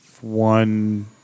One